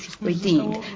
redeemed